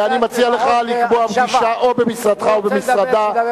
אני מציע לך לקבוע פגישה או במשרדך או במשרדה,